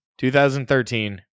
2013